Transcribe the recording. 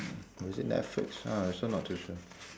or is it netflix uh I also not too sure